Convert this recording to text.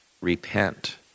repent